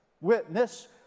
witness